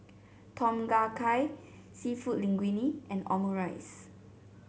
Tom Kha Gai seafood Linguine and Omurice